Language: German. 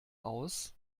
aus